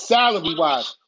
Salary-wise